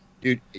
Dude